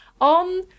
on